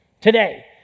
today